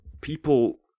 people